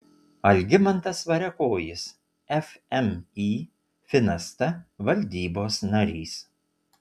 algimantas variakojis fmį finasta valdybos narys